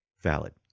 Valid